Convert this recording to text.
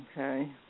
Okay